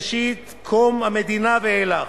מראשית קום המדינה ואילך.